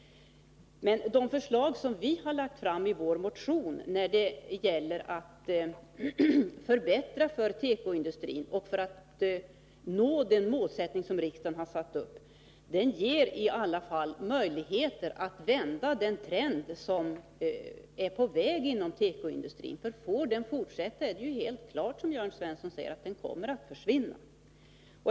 De förslag som vi har lagt fram i vår motion för att förbättra för tekoindustrin och nå det mål som riksdagen har satt upp ger i alla fall möjligheter att vända den trend som är på väg inom tekoindustrin. Får den utvecklingen fortsätta, är det ju helt klart som Jörn Svensson säger, att tekoindustrin kommer att försvinna.